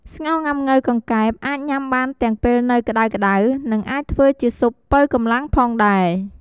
ស្ងោរងាំង៉ូវកង្កែប អាចញុំាបានទាំងពេលនៅក្ដៅៗ និងអាចធ្វើជាស៊ុបប៉ូវកម្លាំងផងដែរ។